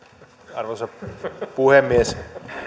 arvoisa puhemies